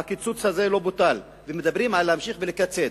הקיצוץ הזה לא בוטל, ומדברים על להמשיך ולקצץ.